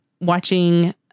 watching